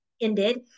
ended